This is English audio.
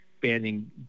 banning